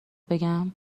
بگم